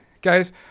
guys